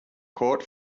court